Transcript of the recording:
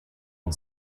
and